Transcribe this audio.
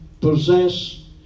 possess